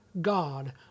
God